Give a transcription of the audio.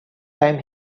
time